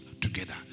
together